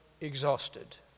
exhausted